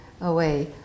away